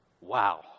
wow